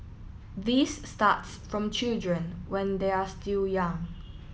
this starts from children when they are still young